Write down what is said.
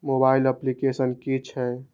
Mobile application कि छै?